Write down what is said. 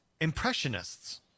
impressionists